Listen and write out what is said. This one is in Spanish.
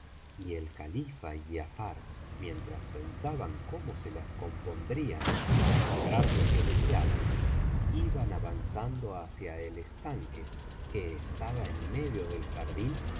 y el califa y giafar mientras pensaban cómo se las compondrían para lograr lo que deseaban iban avanzando hacia el estanque que estaba en medio del jardín